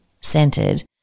centered